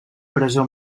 presó